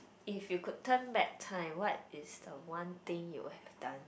if you could turn back time what is the one thing you will have done